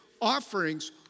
offerings